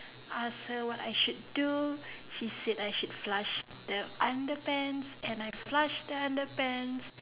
ask her what I should do she say I should flush the underpants and I flush the underpants